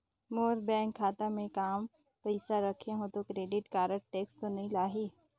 मोर bank खाता मे काम पइसा रखे हो तो क्रेडिट कारड टेक्स तो नइ लाही???